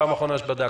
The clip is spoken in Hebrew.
בפעם האחרונה שבדקתי.